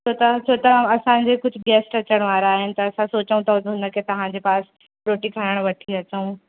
छो त छो त असांजे कुझु गेस्ट अचनि वारा आहिनि त असां सोचूं था हुन खे तव्हांजै पास रोटी खाइणु वठी अचूं